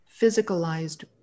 physicalized